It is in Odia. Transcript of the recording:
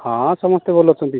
ହଁ ସମସ୍ତେ ଭଲ ଅଛନ୍ତି